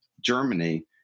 Germany